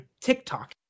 TikTok